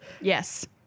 Yes